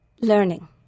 learning